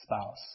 spouse